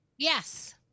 Yes